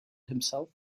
himself